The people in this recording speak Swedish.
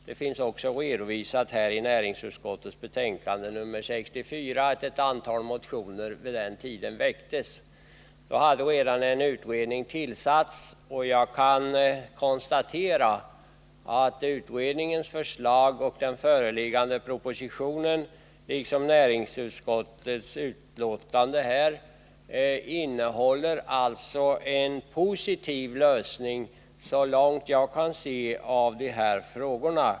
Det finns också redovisat i näringsutskottets betänkande nr 64 att ett antal motioner vid den tiden väcktes. Då hade redan en utredning tillsatts, och jag kan konstatera att utredningens förslag och den föreliggande propositionen, liksom näringsutskottets betänkande, innehåller en positiv lösning, såvitt jag kan se, av de här frågorna.